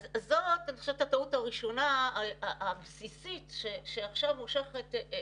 זאת אני חושבת הטעות הראשונה הבסיסית שעכשיו מושכת את